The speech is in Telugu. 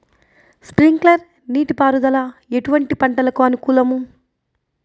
స్ప్రింక్లర్ నీటిపారుదల ఎటువంటి పంటలకు అనుకూలము?